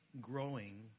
growing